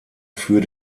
für